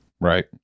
Right